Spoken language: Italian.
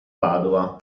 padova